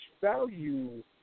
value